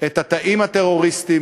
את התאים הטרוריסטיים,